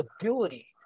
ability